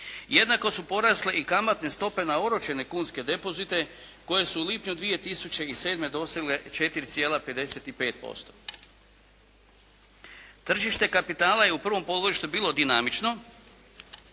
Jednako su porasle i kamatne stope na oročene kunske depozite koje su u lipnju 2007. dosegle 4,55%. Tržište kapitala je u prvom polugodištu bilo dinamično,